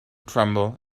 tremble